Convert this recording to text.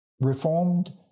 reformed